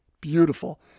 beautiful